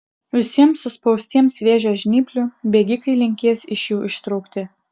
visiems suspaustiems vėžio žnyplių bėgikai linkės iš jų ištrūkti